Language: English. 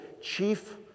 chief